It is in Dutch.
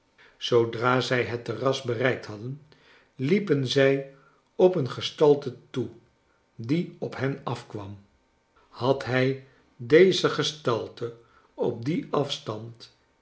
zoodra zij het terras bereikt hadden liepen zij op een gestalte toe die op hen afkwam had hij deze gestalte op dien afstand